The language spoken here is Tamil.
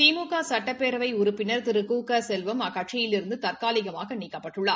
திமுக சுட்டப்பேரவை உறுப்பினர் திரு கு க செல்வம் அக்கட்சியிலிருந்து தற்காலிகமாக நீக்கப்பட்டுள்ளார்